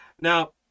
Now